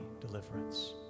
deliverance